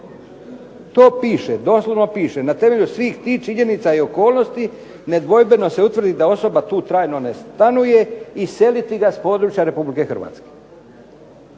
To piše, doslovno piše: "na temelju svih tih činjenica i okolnosti nedvojbeno se utvrdi da osoba tu trajno ne stanuje iseliti ga s područje RH." To piše